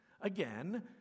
again